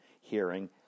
hearing